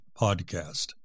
podcast